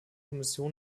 kommission